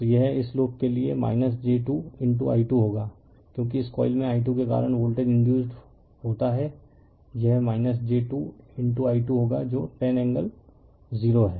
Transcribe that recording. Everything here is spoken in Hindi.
तो यह इस लूप के लिए j 2i2 होगा क्योंकि इस कॉइल में i2 के कारण वोल्टेज इंडयुसड होता है यह j 2i2 होगा जो 10 एंगल 0 है